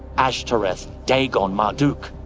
ashtoreth, dagon, marduk,